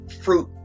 fruit